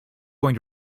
going